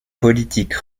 politique